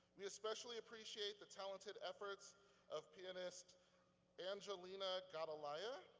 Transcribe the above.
we especially appreciate the talented efforts of pianist angelina gadeliya,